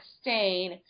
stain